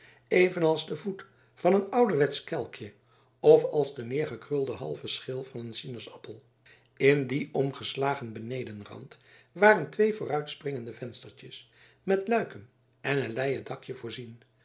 evenals de voet van een ouderwetsch kelkje of als de neergekrulde halve schil van een chinaasappel in dien omgeslagen benedenrand waren twee vooruitspringende venstertjes met luiken en een leien dakje voorzien